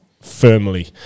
firmly